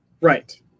Right